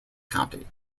county